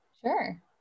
Sure